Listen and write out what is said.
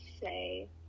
say